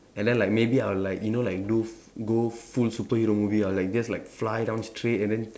and then like maybe I'll like you know like do f go full superhero movie I'll like just like fly down straight and then